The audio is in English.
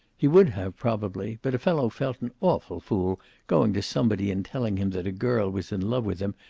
he would have, probably, but a fellow felt an awful fool going to somebody and telling him that a girl was in love with him,